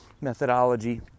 methodology